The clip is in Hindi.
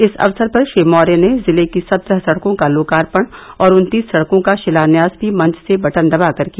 इस अक्तर पर श्री मौर्य ने जिले की सत्रह सड़कों का लोकार्पण और उन्तीस सड़कों का शिलान्यास भी मंच से बटन दबाकर किया